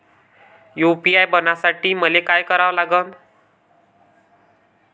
UPI बनवासाठी मले काय करा लागन?